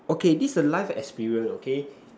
okay this a life experience okay